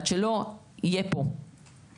עד שלא יהיה פה פיצול,